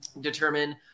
determine